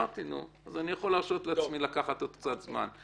אני יכול להרשות לעצמי לקחת עוד קצת זמן.